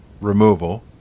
removal